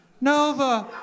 Nova